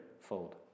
fold